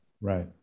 Right